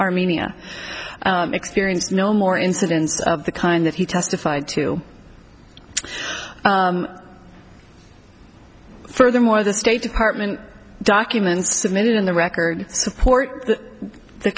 armenia experience no more incidents of the kind that he testified to furthermore the state department documents submitted on the record support t